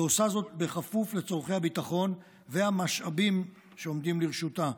ועושה זאת בכפוף לצורכי הביטחון והמשאבים שעומדים לרשותה.